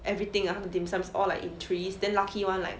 everything ah 他的 dim sum all like in threes then lucky [one] like